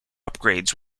upgrades